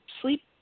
sleep